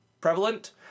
prevalent